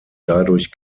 dadurch